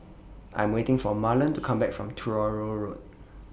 I'm waiting For Marlon to Come Back from Truro Road